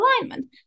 alignment